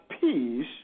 peace